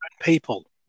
people